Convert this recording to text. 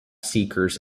seekers